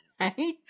Right